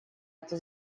это